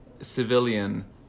civilian